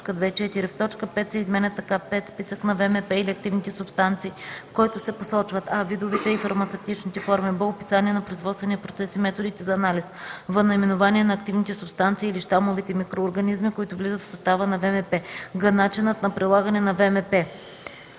5 се изменя така: „5. списък на ВМП или активните субстанции, в който се посочват: а) видовете и фармацевтичните форми; б) описание на производствения процес и методите за анализ; в) наименование на активните субстанции или щамовете микроорганизми, които влизат в състава на ВМП; г) начинът на прилагане на ВМП.”